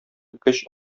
көч